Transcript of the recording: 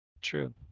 True